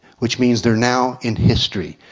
which means they are now in history,